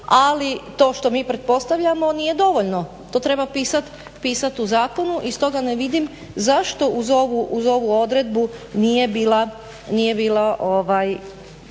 ali to što mi pretpostavljamo nije dovoljno. To treba pisati u zakonu i stoga ne vidim zašto uz ovu odredbu nije bila